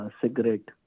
cigarette